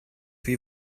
wie